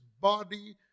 body